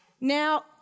Now